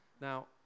Now